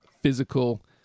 physical